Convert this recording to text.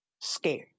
Scared